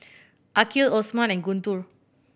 Aqil Osman and Guntur